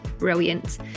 brilliant